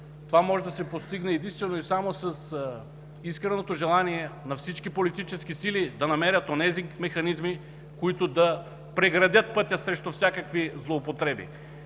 То може да се постигне единствено и само с искреното желание на всички политически сили да намерят онези механизми, които да преградят пътят срещу всякакви злоупотреби.